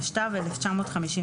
התשט"ו-1955.